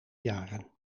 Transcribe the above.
jaren